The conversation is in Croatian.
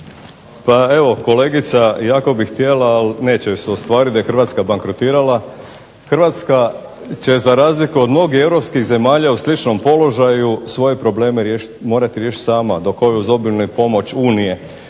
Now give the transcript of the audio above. Pa evo kolegica jako bi htjela, ali neće joj se ostvariti da je Hrvatska bankrotirala. Hrvatska će za razliku od mnogih europskih zemalja u sličnom položaju svoje probleme morati riješiti sama, dok ovi uz obilnu pomoć Unije.